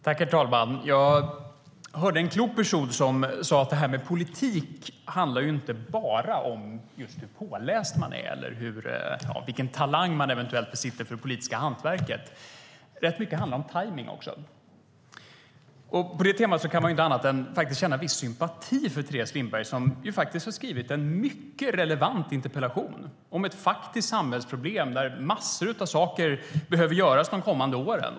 Herr talman! Jag hörde en klok person som sade att det här med politik inte bara handlar om hur påläst man är eller vilken talang man eventuellt besitter för det politiska hantverket. Rätt mycket handlar om tajmning också. På det temat kan man inte annat än känna en viss sympati för Teres Lindberg, som har skrivit en mycket relevant interpellation om ett faktiskt samhällsproblem där massor av saker behöver göras de kommande åren.